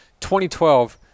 2012